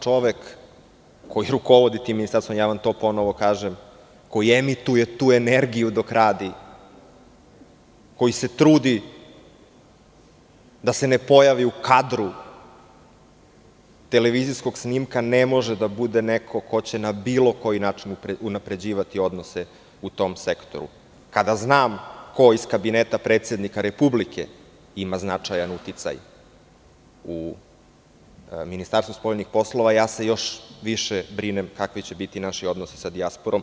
Čovek koji rukovodi tim ministarstvom, to vam ponovo kažem, koji emituje tu energiju dok radi, koji se trudi da se ne pojavi u kadru televizijskog snimka, ne može da bude neko ko će na bilo koji način unapređivati odnose u tom sektoru, kada znam ko iz Kabineta predsednika Republike ima značajan uticaj u Ministarstvu spoljnih poslova, još više se brinem kakvi će biti naši odnosi sa dijasporom.